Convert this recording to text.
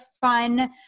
fun